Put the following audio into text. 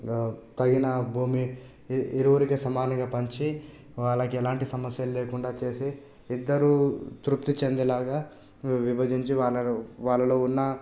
తగిన భూమి ఇరువురికి సమానంగా పంచి వాళ్లకెలాంటి సమస్యలు లేకుండా చేసి ఇద్దరు తృప్తి చెందేలాగా విభజించి వాళ్లలో వాళ్లలో ఉన్న